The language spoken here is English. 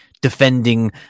defending